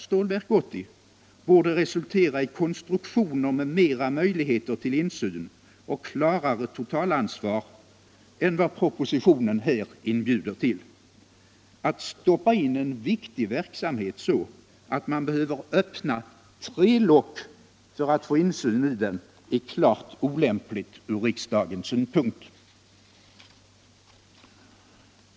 Stålverk 80 borde resultera i konstruktioner med större möjligheter till insyn och klarare totalansvar än vad propositionen här inbjuder till. Att stoppa in en viktig verksamhet så att man behöver öppna tre lock för att få insyn i den är klart olämpligt ur riksdagens synpunkt.